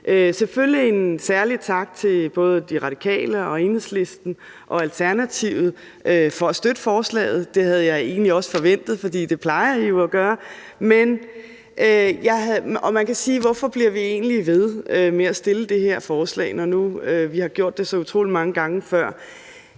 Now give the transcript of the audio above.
Selvfølgelig en særlig tak til både De Radikale og Enhedslisten og Alternativet for at støtte forslaget. Det havde jeg egentlig også forventet, for det plejer I jo at gøre. Man kan spørge: Hvorfor bliver vi egentlig ved med at fremsætte det her forslag, når nu vi har gjort det så utrolig mange gange før?